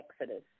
exodus